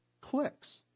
clicks